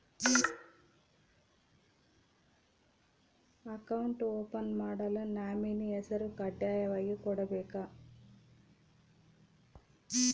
Account open ಮಾಡಲು nominee ಹೆಸರು ಕಡ್ಡಾಯವಾಗಿ ಕೊಡಬೇಕಾ?